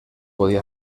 podía